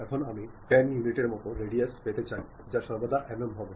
এখন আমি 10 ইউনিট এর মতো রাডিউস পেতে চাই যা সর্বদা mm হবে